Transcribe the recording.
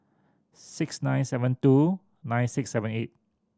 six nine seven two nine six seven eight